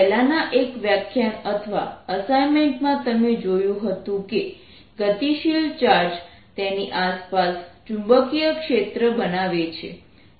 પહેલાનાં એક વ્યાખ્યાન અથવા અસાઇનમેન્ટ માં તમે જોયું હતું કે ગતિશીલ ચાર્જ તેની આસપાસ ચુંબકીય ક્ષેત્ર બનાવે છે